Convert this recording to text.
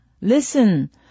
Listen